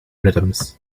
rhythms